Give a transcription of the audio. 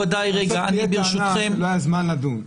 בסוף תהיה טענה שלא היה זמן לדון.